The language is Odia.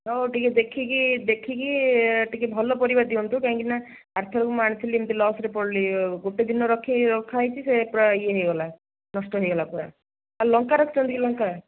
ହଉ ଟିକେ ଦେଖିକି ଦେଖିକି ଟିକେ ଭଲ ପରିବା ଦିଅନ୍ତୁ କାହିଁକିନା ଆରଥରକ ମୁଁ ଆଣିଥିଲି ଏମିତି ଲସ୍ରେ ପଡ଼ିଲି ଗୋଟେ ଦିନ ରଖି ରଖା ହେଇଛି ସେ ପୁରା ଇଏ ହେଇଗଲା ନଷ୍ଟ ହେଇଗଲା ପୁରା ଆଉ ଲଙ୍କା ରଖିଛନ୍ତି କି ଲଙ୍କା